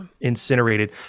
incinerated